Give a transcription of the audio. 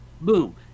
Boom